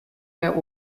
der